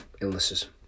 illnesses